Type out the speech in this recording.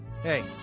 Hey